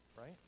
right